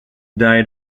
died